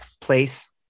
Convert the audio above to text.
place